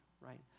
right